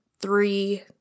three